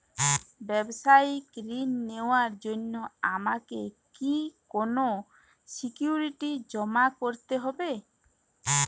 ব্যাবসায়িক ঋণ নেওয়ার জন্য আমাকে কি কোনো সিকিউরিটি জমা করতে হবে?